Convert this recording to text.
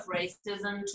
racism